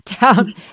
down